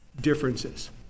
differences